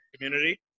community